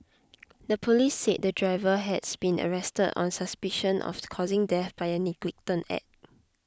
the police said the driver has been arrested on suspicion of the causing death by a negligent act